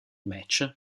match